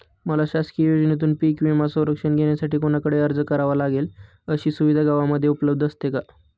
मला शासकीय योजनेतून पीक विमा संरक्षण घेण्यासाठी कुणाकडे अर्ज करावा लागेल? अशी सुविधा गावामध्ये उपलब्ध असते का?